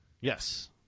Yes